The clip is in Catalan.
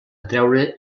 atreure